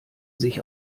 sich